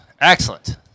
Excellent